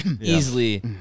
easily